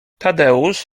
tadeusz